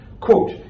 quote